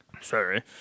Sorry